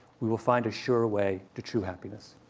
we will find a surer way to true happiness.